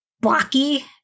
blocky